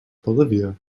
bolivia